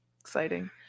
exciting